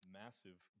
massive